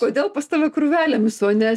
kodėl pas tave krūvelėmis o ne